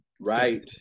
Right